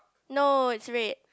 no it's red